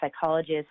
psychologist